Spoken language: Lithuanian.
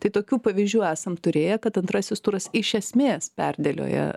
tai tokių pavyzdžių esam turėję kad antrasis turas iš esmės perdėlioja